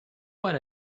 what